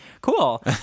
cool